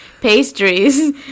pastries